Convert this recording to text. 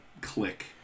click